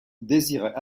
désirait